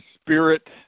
spirit